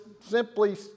Simply